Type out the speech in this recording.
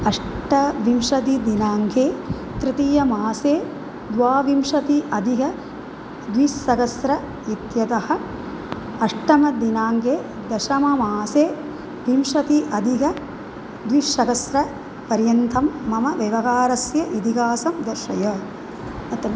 अष्टविंशतिदिनाङ्के तृतीयमासे द्वाविंशत्यधिकं द्विसहस्रम् इत्यतः अष्टमदिनाङ्के दशममासे विंशतिः अधिकं द्विसहस्रं पर्यन्तं मम व्यवहारस्य इतिहासं दर्शय